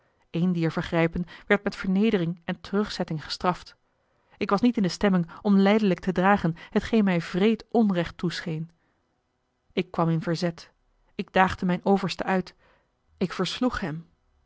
een dier vergrijpen werd met vernedering en terugzetting gestraft ik was niet in de stemming om lijdelijk te dragen hetgeen mij wreed onrecht toescheen ik kwam in verzet en daagde mijn overste uit ik versloeg hem